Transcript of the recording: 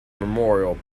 memorial